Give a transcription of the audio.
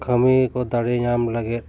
ᱠᱟᱹᱢᱤ ᱠᱚ ᱫᱟᱲᱮ ᱧᱟᱢ ᱞᱟᱹᱜᱤᱫ